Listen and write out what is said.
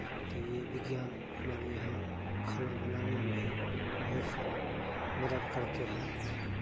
और् ये विज्ञान हमारे यहाँ खाना बनाने में भी बहुत सारा मदद करते हैं